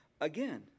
again